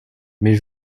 mais